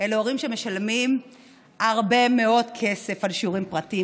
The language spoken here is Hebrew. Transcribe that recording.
אלה הורים שמשלמים הרבה מאוד כסף על שיעורים פרטיים.